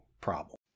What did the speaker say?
problem